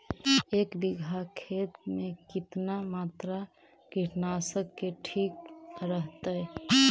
एक बीघा खेत में कितना मात्रा कीटनाशक के ठिक रहतय?